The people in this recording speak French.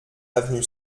avenue